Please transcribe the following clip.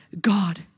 God